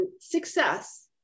success